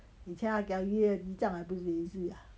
以前他给他约议长也不是 easy ah